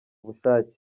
bushake